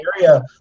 area